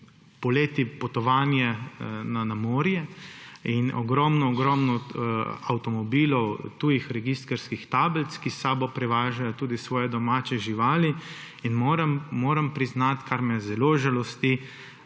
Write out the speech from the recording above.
poleti potovanje na morje in ogromno, ogromno avtomobilov tujih registrskih tablic, ki s sabo prevažajo tudi svoje domače živali. Moram priznati, kar me zelo žalosti,